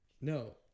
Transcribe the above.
No